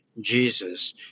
Jesus